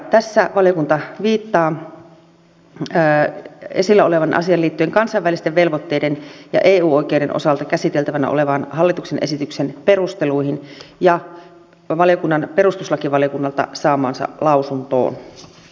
tässä valiokunta viittaa esillä olevaan asiaan liittyen kansainvälisten velvoitteiden ja eu oikeuden osalta käsiteltävänä olevan hallituksen esityksen perusteluihin ja valiokunnan perustuslakivaliokunnalta saamaansa lausuntoon